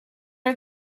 are